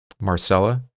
Marcella